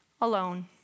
alone